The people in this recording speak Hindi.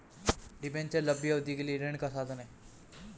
डिबेन्चर लंबी अवधि के लिए ऋण का साधन है